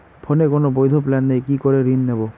ফোনে কোন বৈধ প্ল্যান নেই কি করে ঋণ নেব?